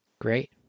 Great